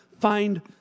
find